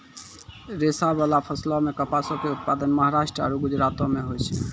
रेशाबाला फसलो मे कपासो के उत्पादन महाराष्ट्र आरु गुजरातो मे होय छै